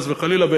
חס וחלילה,